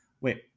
wait